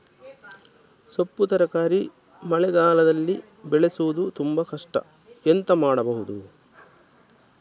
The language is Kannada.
ಸೊಪ್ಪು ತರಕಾರಿ ಮಳೆಗಾಲದಲ್ಲಿ ಬೆಳೆಸುವುದು ತುಂಬಾ ಕಷ್ಟ ಎಂತ ಮಾಡಬಹುದು?